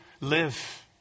live